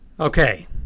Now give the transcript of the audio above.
Okay